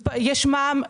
יש מע"מ,